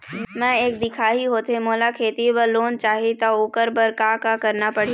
मैं एक दिखाही होथे मोला खेती बर लोन चाही त ओकर बर का का करना पड़ही?